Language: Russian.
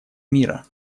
мира